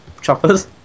choppers